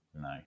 No